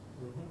mmhmm